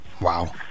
Wow